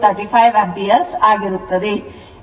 xc 1ω c ಗೆ ಸಮಾನವಾಗಿರುತ್ತದೆ